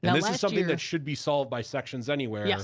yeah this is something that should be solved by sections anywhere, yeah